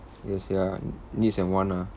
yes ya needs and want ah